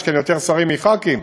יש כאן יותר שרים מחברי כנסת,